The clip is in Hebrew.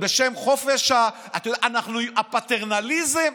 בשם חופש, הפטרנליזם,